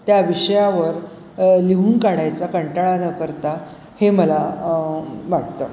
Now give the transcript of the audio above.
त्या विषयावर लिहून काढायचा कंटाळा न करता हे मला वाटतं